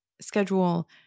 schedule